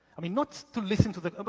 i mean not to listen to the, but